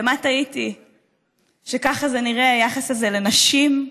במה טעיתי שככה זה נראה, היחס הזה לנשים?